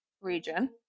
region